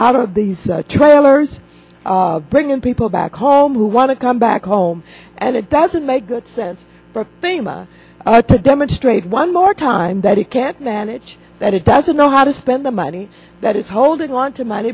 out of these trailers bringing people back home who want to come back home and it doesn't make good sense for famous to demonstrate one more time that it can't manage that it doesn't know how to spend the money that it's holding on to m